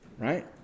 Right